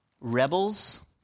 rebels